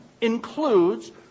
includes